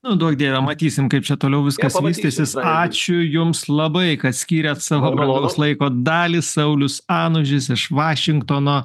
nu duok dieve matysim kaip čia toliau viskas vystysis ačiū jums labai kad skyrėt savo malonaus laiko dalį saulius anužis iš vašingtono